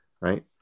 right